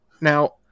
Now